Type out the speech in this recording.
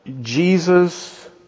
Jesus